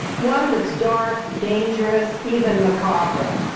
one that's dark, dangerous, even macabre.